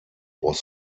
was